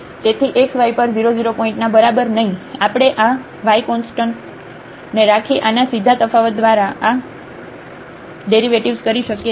તેથી xyપર 0 0 પોઇન્ટના બરાબર નહીં આપણે આ y કોન્સ્ટન્ટને રાખી આના સીધા તફાવત દ્વારા આ ડેરિવેટિવ્ઝ કરી શકીએ છીએ